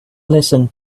listen